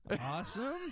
awesome